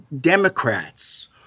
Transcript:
Democrats